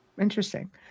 Interesting